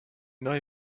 neue